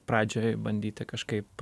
pradžioj bandyti kažkaip